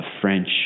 French